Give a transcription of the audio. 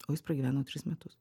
o jis pragyveno tris metus